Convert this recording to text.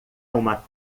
uma